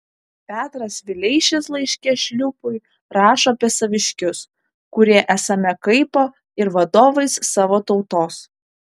petras vileišis laiške šliūpui rašo apie saviškius kurie esame kaipo ir vadovais savo tautos